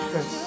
Yes